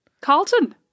Carlton